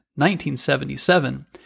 1977